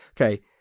Okay